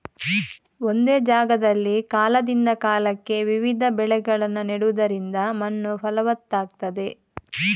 ಒಂದೇ ಜಾಗದಲ್ಲಿ ಕಾಲದಿಂದ ಕಾಲಕ್ಕೆ ವಿವಿಧ ಬೆಳೆಗಳನ್ನ ನೆಡುದರಿಂದ ಮಣ್ಣು ಫಲವತ್ತಾಗ್ತದೆ